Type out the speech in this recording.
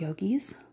yogis